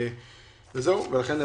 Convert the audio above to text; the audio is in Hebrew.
יש